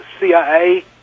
CIA